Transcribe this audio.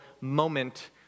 moment